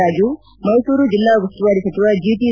ಪುಟ್ಟರಾಜು ಮೈಸೂರು ಜಿಲ್ಲಾ ಉಸ್ತುವಾರಿ ಸಚಿವ ಜಿ